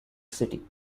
city